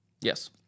Yes